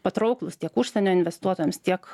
patrauklūs tiek užsienio investuotojams tiek